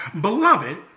Beloved